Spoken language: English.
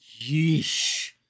Yeesh